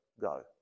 go